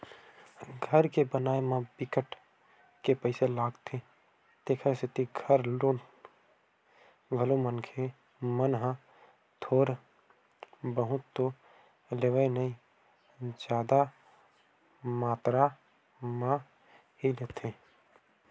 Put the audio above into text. घर के बनाए म बिकट के पइसा लागथे तेखर सेती घर लोन घलो मनखे मन ह थोर बहुत तो लेवय नइ जादा मातरा म ही लेथे